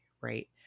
right